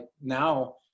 now